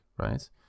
right